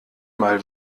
mal